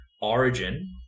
origin